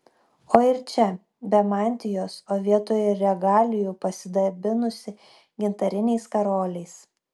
o ir čia be mantijos o vietoj regalijų pasidabinusi gintariniais karoliais